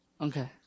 Okay